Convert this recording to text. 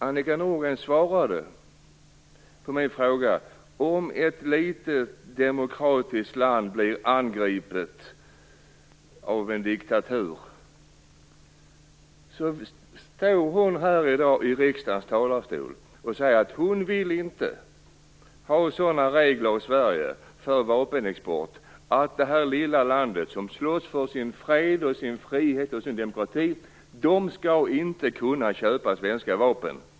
Annika Nordgren svarade på min fråga om ett litet demokratiskt land som blir angripet av en diktatur med att säga att hon inte vill ha sådana regler för vapenexport i Sverige att det här lilla landet som slåss för sin fred, frihet och demokrati inte skall kunna köpa svenska vapen.